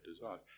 desires